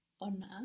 Ona